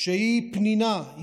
שהיא פנינה,